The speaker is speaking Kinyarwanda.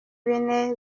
bine